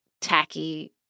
tacky